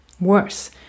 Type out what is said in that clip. worse